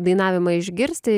dainavimą išgirsti